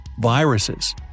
Viruses